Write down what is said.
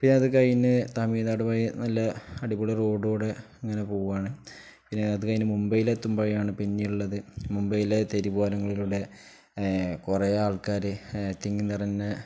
പിന്നെ അത് കഴിഞ്ഞ് തമിഴ്നാട്മായി നല്ല അടിപൊളി റോഡോടെ ഇങ്ങനെ പോവാണ് പിന്നെ അത് കഴിഞ്ഞ് മുംബൈയിലെത്തുമ്പഴയാണ് പിന്നെയുള്ളത് മുംബൈയിലെ തെരുവോരങ്ങളിലൂടെ കൊറേ ആൾക്കാര് തിങ്ങി നെറഞ്ഞ